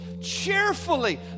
cheerfully